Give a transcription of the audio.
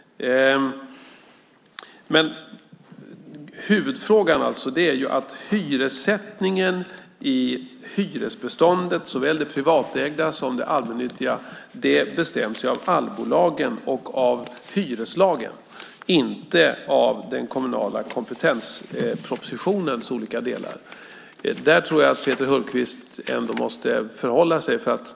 Huvudfrågan är alltså att hyressättningen i hyresbeståndet, såväl det privatägda som det allmännyttiga, bestäms av Allbolagen och av hyreslagen - inte av den kommunala kompetenspropositionens olika delar. Det tror jag att Peter Hultqvist måste förhålla sig till.